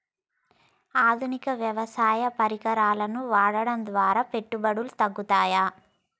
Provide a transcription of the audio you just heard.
ఆధునిక వ్యవసాయ పరికరాలను వాడటం ద్వారా పెట్టుబడులు తగ్గుతయ?